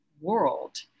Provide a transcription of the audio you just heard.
world